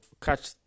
catch